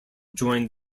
joined